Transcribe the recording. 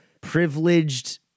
privileged